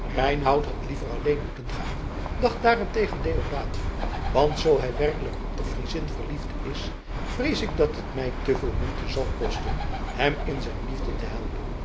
reinout had liever alleen moeten gaan dacht daarentegen deodaat want zoo hij werkelijk op die friezin verliefd is vrees ik dat het mij te veel moeite zal kosten hem in zijn liefde te helpen